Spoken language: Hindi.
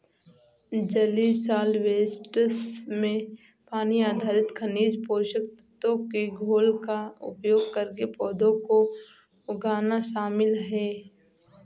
जलीय सॉल्वैंट्स में पानी आधारित खनिज पोषक तत्वों के घोल का उपयोग करके पौधों को उगाना शामिल है